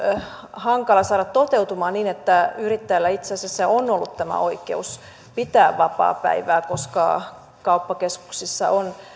hankala saada toteutumaan niin että yrittäjällä itse asiassa olisi tämä oikeus pitää vapaapäivää koska kauppakeskuksissa on